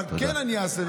אבל אני כן אעשה,